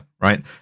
Right